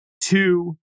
two